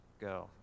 go